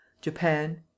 Japan